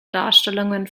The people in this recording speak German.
darstellungen